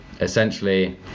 essentially